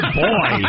boy